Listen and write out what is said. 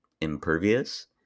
impervious